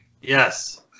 Yes